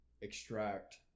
extract